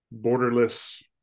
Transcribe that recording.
borderless